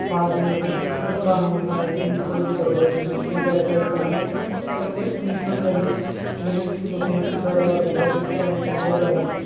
army नै कानूक बनाया कि कोई बी करदा उसी शूट करना सख्त पुनिशमैंट करनी जेह्दे कन्नै लोकें बिच्च डर फैलै कि क्राईम करनै कोला दा गरै